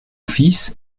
fils